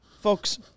Folks